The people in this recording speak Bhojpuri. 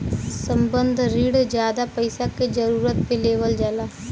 संबंद्ध रिण जादा पइसा के जरूरत पे लेवल जाला